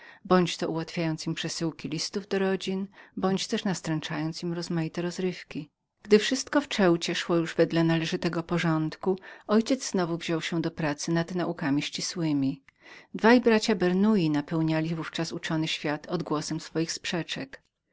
bądź to ułatwiając im przesyłki listów do rodzin bądź też nastręczając im rozmaite rozrywki gdy wszystko w ceucie szło już wedle należytego porządku mój ojciec znowu wziął się do pracy nad naukami ścisłemi dwaj bracia bernouilly napełniali w ówczas uczony świat odgłosem swych sprzeczek